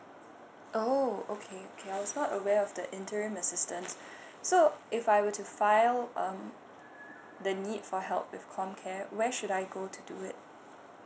oh okay okay I also aware of the interim assistance so if I were to file um the need for help with comcare where should I go to do it